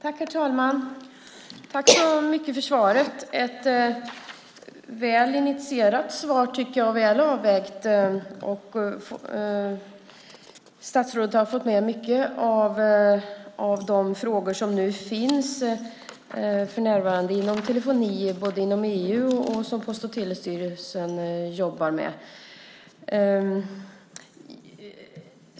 Herr talman! Tack så mycket för svaret! Det var ett väl initierat svar, tycker jag. Det var väl avvägt. Statsrådet har fått med många av de frågor när det gäller telefoni som för närvarande finns inom EU och som Post och telestyrelsen jobbar med.